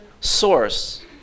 source